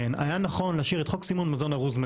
היה נכון להשאיר את חוק סימון מזון ארוז,